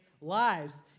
lives